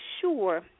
sure